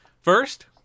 First